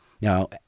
Now